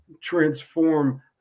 transform